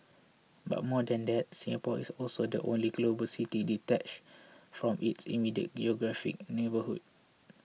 but more than that Singapore is also the only global city detached from its immediate geographic neighbourhood